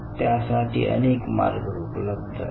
त्यासाठी अनेक मार्ग उपलब्ध आहेत